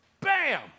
bam